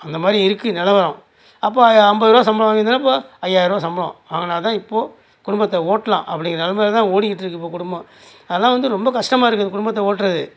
அந்த மாதிரி இருக்கு நிலவரம் அப்போ ஐம்பது ரூவா சம்பளம் வாங்கிருந்தன்னா இப்போ ஐயாயர்ரூவா சம்பளம் வாங்கினா தான் இப்போ குடும்பத்தை ஓட்டலாம் அப்படிங்கிற நிலமைல தான் ஓடிக்கிட்டு இருக்கு இப்போ குடும்பம் அதெலாம் வந்து ரொம்ப கஷ்டமாக இருக்கு குடும்பத்தை ஓட்டுறது